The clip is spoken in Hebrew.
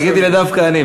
חיכיתי ל"דווקא אני",